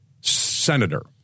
senator